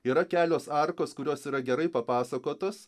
yra kelios arkos kurios yra gerai papasakotos